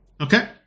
Okay